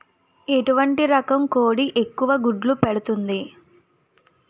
ఎటువంటి రకం కోడి ఎక్కువ గుడ్లు పెడుతోంది?